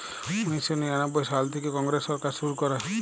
উনিশ শ নিরানব্বই সাল থ্যাইকে কংগ্রেস সরকার শুরু ক্যরে